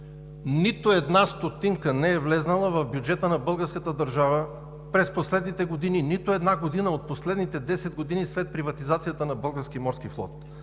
нито една стотинка не е влязла в бюджета на българската държава през последните години – в нито една година от последните десет след приватизацията на Български морски флот!